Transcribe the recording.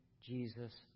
jesus